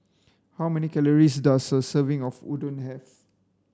how many calories does a serving of Udon have